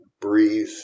breathe